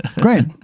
Great